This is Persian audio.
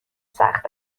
سخت